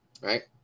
right